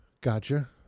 Gotcha